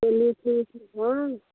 चलिए ठीक हाँ